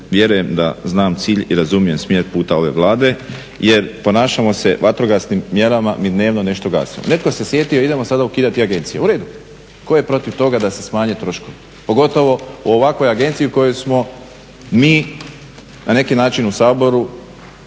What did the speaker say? vjerujem da znam cilj i razumijem smjer puta ove Vlade jer ponašamo se vatrogasnim mjerama, mi dnevno nešto gasimo. Netko se sjetio idemo sada ukidati agencije, u redu, tko je protiv toga da se smanje troškovi pogotovo u ovakvoj agenciji u kojoj smo mi na neki način u Saboru